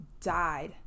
died